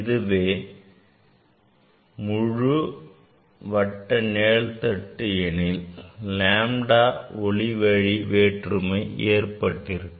இதுவே முழு வட்ட நிழல் தட்டு எனில் lambda ஒளிவழி வேற்றுமை ஏற்பட்டிருக்கும்